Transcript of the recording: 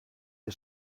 des